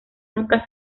nunca